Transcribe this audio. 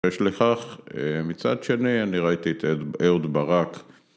‫יש לכך, מצד שני, ‫אני ראיתי את אהוד ברק.